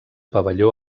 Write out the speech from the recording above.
pavelló